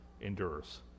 endures